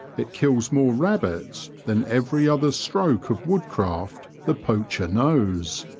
it kills more rabbits than every other stroke of woodcraft the poacher knows.